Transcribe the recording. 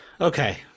Okay